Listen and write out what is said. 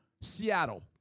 Seattle